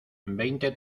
veinte